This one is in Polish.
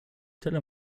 tyle